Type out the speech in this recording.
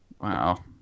Wow